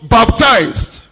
baptized